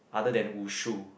other than Wushu